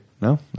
No